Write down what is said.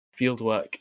fieldwork